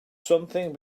something